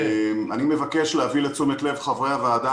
אני מבקש להביא לתשומת לב חברי הוועדה